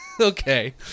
Okay